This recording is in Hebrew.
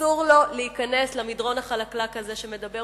אסור לו להיכנס למדרון החלקלק הזה, שמדבר